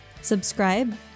Subscribe